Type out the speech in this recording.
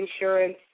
insurance